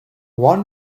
one